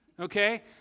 Okay